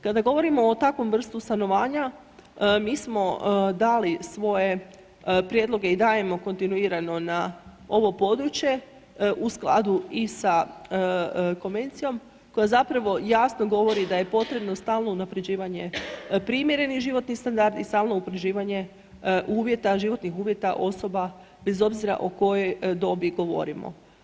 Kada govorimo o takvom vrstu stanovanja, mi smo dali svoje prijedloge i dajemo kontinuirano na ovo područje u skladu i sa konvencijom koja zapravo jasno govori da je potrebno stalno unapređivanje primjereni životni standard i stalno ... uvjeta, životnih uvjeta osoba bez obzira o kojoj dobi govorimo.